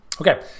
Okay